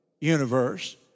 universe